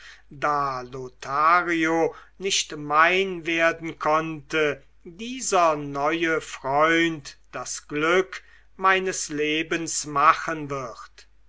nicht mein werden konnte dieser neue freund das glück meines lebens machen wird